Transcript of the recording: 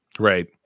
Right